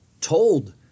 told